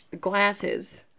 glasses